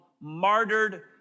martyred